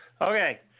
Okay